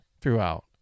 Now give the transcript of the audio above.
throughout